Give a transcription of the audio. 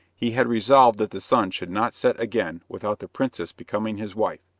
he had resolved that the sun should not set again without the princess becoming his wife,